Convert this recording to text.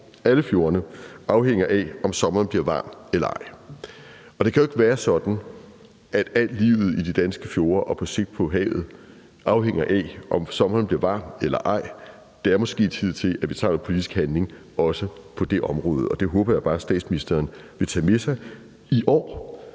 alle fjordene, afhænger af, om sommeren bliver varm eller ej. Det kan jo ikke være sådan, at alt liv i de danske fjorde og på sigt på havet afhænger af, om sommeren bliver varm eller ej. Det er måske tid til, at vi tager noget politisk handling, også på det område. Det håber jeg bare at statsministeren vil tage med sig i år.